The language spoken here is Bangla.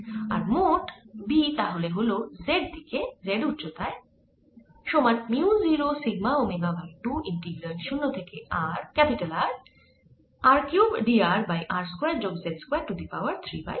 আর মোট B যা হল z দিকে z উচ্চতায় তাহলে হবে mu 0 sigma omega by 2 integral 0 থেকে R r cube dr by r square যোগ z square to the power 3 by 2